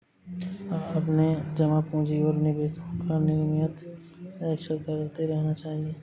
अपने जमा पूँजी और निवेशों का नियमित निरीक्षण करते रहना चाहिए